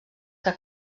que